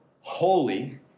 holy